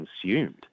consumed